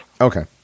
Okay